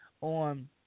on